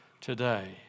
today